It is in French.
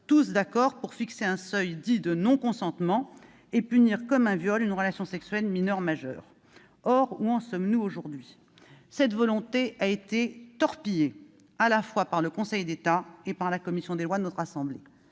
Molins, pour fixer un seuil dit de non-consentement et punir comme un viol une relation sexuelle entre mineur et majeur. Or, où en sommes-nous aujourd'hui ? Cette volonté a été torpillée à la fois par le Conseil d'État et par la commission des lois de notre assemblée.